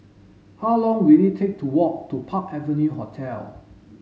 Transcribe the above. how long will it take to walk to Park Avenue Hotel